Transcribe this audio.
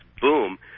boom